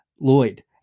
Lloyd